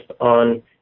on